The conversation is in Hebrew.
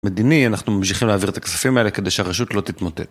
מדיני, אנחנו ממשיכים להעביר את הכספים האלה כדי שהרשות לא תתמוטט.